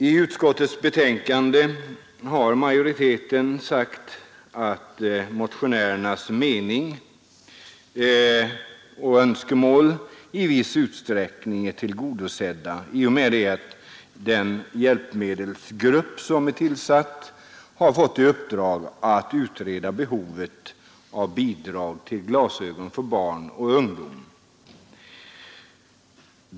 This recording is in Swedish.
I utskottets betänkande har majoriteten uttalat att motionärernas önskemål i viss utsträckning skulle vara tillgodosedda i och med att den hjälpmedelsgrupp som är tillsatt fått i uppdrag att utreda behovet av bidrag till glasögon för barn och ungdom.